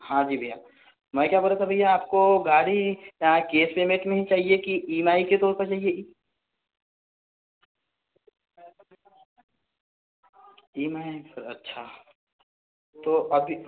हाँ जी भैया मैं क्या बोल रहा था भैया आपको गाड़ी कैश पेमेंट में चाहिए कि ई एम आई के ई एम आई अच्छा तो अभी